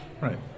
Right